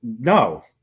no